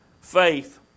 faith